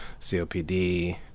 COPD